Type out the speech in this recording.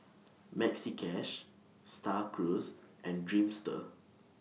Maxi Cash STAR Cruise and Dreamster